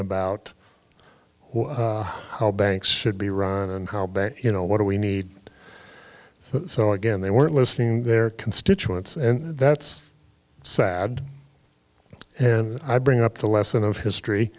about how banks should be run and how bad you know what do we need so again they weren't listening their constituents and that's sad and i bring up the lesson of history